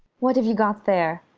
what have you got there?